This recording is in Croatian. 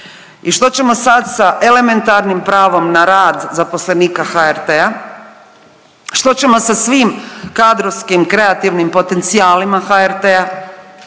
I što ćemo sad s elementarnim pravom na rad zaposlenika HRT-a? Što ćemo sa svim kadrovskim i kreativnim potencijalima HRT-a?